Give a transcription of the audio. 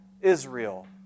Israel